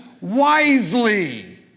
wisely